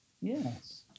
yes